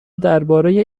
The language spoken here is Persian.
درباره